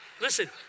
Listen